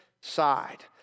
side